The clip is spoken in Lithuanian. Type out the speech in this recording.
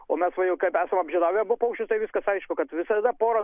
o mes va jau kaip esam apžiedavę abu paukščius tai viskas aišku kad visada pora